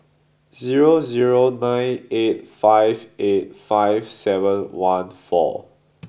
zero zero nine eight five eight five seven one four